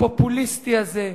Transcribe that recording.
הפופוליסטי הזה.